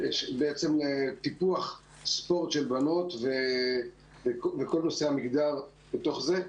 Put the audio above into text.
של טיפוח ספורט לבנות כשכל נושא המגדר בתוך זה.